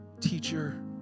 teacher